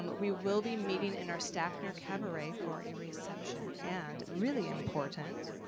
but we will be meeting in our stackner cabaret for a reception. and really important,